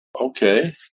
Okay